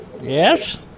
Yes